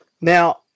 Now